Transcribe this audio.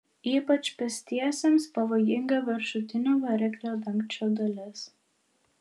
ypač pėstiesiems pavojinga viršutinio variklio dangčio dalis